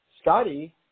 Scotty